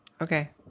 Okay